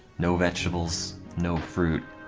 no vegetables. no fruit.